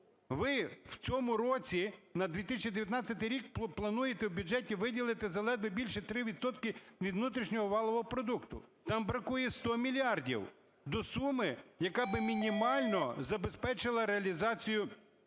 Ви в цьому році на 2019 рік плануєте в бюджеті виділити заледве більше 3 відсотки від внутрішнього валового продукту. Там бракує 1000 мільярдів до суми, яка би мінімально забезпечила реалізацію